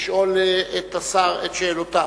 לשאול את השר את שאלותיו.